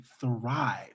thrive